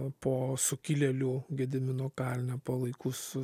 po sukilėlių gedimino kalne palaikų su